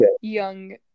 young